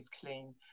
clean